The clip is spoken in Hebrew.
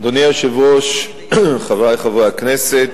אדוני היושב-ראש, חברי חברי הכנסת,